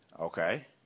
Okay